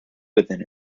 within